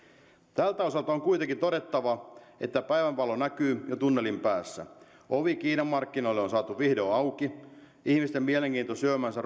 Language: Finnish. tältä osalta on kuitenkin todettava että päivänvaloa näkyy jo tunnelin päässä ovi kiinan markkinoille on saatu vihdoin auki ihmisten mielenkiinto syömänsä